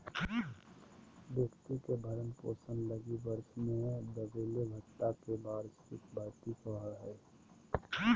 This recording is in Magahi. व्यक्ति के भरण पोषण लगी वर्ष में देबले भत्ता के वार्षिक भृति कहो हइ